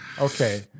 okay